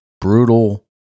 brutal